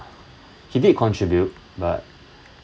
he did contribute but